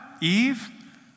Eve